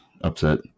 upset